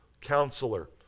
counselor